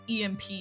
EMP